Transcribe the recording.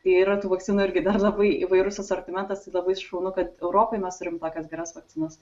tai yra tų vakcinų irgi dar labai įvairus asortimentas tai labai šaunu kad europoj mes turim tokias geras vakcinas